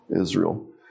Israel